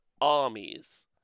armies